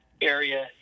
area